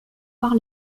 par